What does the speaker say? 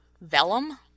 vellum